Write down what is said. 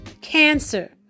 cancer